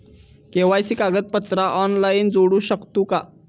KYC कागदपत्रा online जोडू शकतू का?